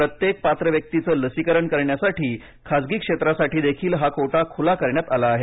प्रत्येक पात्र व्यक्तीचं लसीकरण करण्यासाठी खासगी क्षेत्रासाठीदेखील हा कोटा खूला करण्यात आला आहे